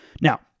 Now